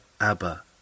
Abba